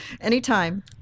anytime